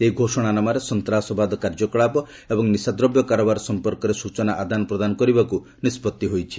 ଏହି ଘୋଷଣାନାମାରେ ସନ୍ତ୍ରାସବାଦ କାର୍ଯ୍ୟକଳାପ ଏବଂ ନିଶା ଦ୍ରବ୍ୟ କାରବାର ସଂପର୍କରେ ସୂଚନା ଆଦାନ ପ୍ରଦାନ କରିବାକୁ ନିଷ୍ପଭି ହୋଇଛି